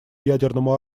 ядерному